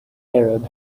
arab